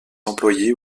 employés